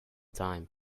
time